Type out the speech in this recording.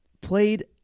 played